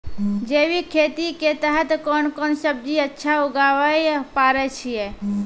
जैविक खेती के तहत कोंन कोंन सब्जी अच्छा उगावय पारे छिय?